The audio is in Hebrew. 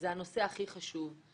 זה הנושא הכי חשוב.